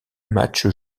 matches